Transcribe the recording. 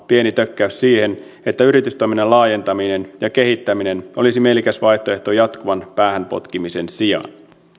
pieni tökkäys siihen että yritystoiminnan laajentaminen ja kehittäminen olisi mielekäs vaihtoehto jatkuvan päähän potkimisen sijaan